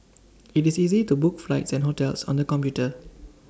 IT is easy to book flights and hotels on the computer